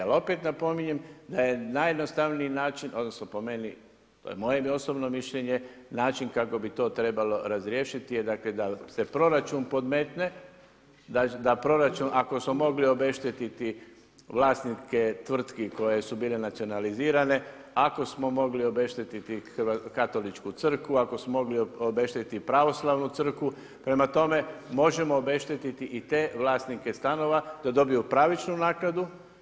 Ali opet napominjem da je najjednostavniji način, odnosno po meni, to je moje osobno mišljenje način kako bi to trebalo razriješiti, je dakle da se proračun podmetne, da proračun, ako smo mogli obeštetiti vlasnike tvrtki koje su bile nacionalizirane, ako smo mogli obeštetiti Katoličku crkvu, ako smo mogli obeštetiti Pravoslavnu crkvu, prema tome možemo obeštetiti i te vlasnike stanova da dobiju pravičnu naknadu.